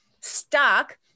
stuck